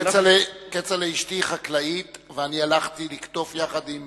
כצל'ה, אשתי חקלאית והלכתי לקטוף יחד עם